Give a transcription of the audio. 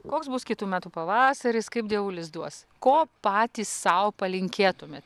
koks bus kitų metų pavasaris kaip dievulis duos ko patys sau palinkėtumėt